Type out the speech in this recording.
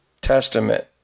Testament